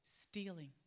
stealing